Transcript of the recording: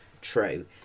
True